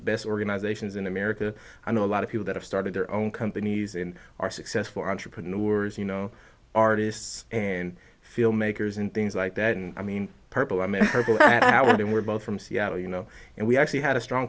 best organizations in america i know a lot of people that have started their own companies and are successful entrepreneur is you know artists and filmmakers and things like that and i mean purple i mean that howard and we're both from seattle you know and we actually had a strong